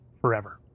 forever